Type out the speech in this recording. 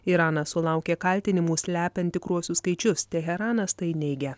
iranas sulaukė kaltinimų slepiant tikruosius skaičius teheranas tai neigia